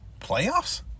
Playoffs